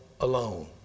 alone